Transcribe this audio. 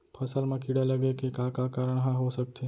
फसल म कीड़ा लगे के का का कारण ह हो सकथे?